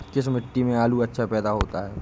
किस मिट्टी में आलू अच्छा पैदा होता है?